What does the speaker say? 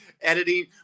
editing